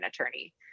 attorney